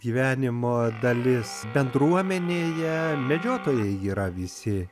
gyvenimo dalis bendruomenėje medžiotojai yra visi